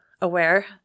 aware